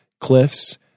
cliffs